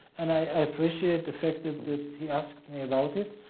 and i appreciate the fact that that he asked me about it,